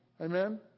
Amen